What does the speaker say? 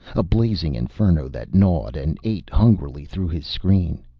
a blazing inferno that gnawed and ate hungrily through his screen.